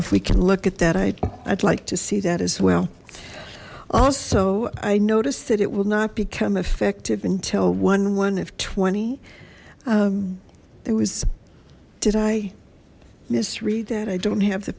if we can look at that i'd like to see that as well also i noticed that it will not become effective until one one of twenty it was did i miss read that i don't have the